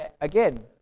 again